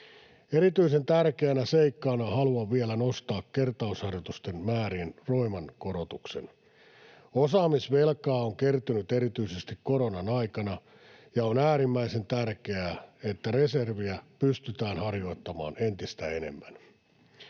Erityisen tärkeänä seikkana haluan vielä nostaa kertausharjoitusten määrien roiman korotuksen. Osaamisvelkaa on kertynyt erityisesti koronan aikana, ja on äärimmäisen tärkeää, että reserviä pystytään harjoittamaan entistä enemmän.